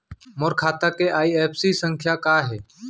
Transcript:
मोर खाता के आई.एफ.एस.सी संख्या का हे?